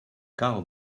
cal